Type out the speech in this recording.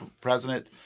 president